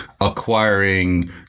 acquiring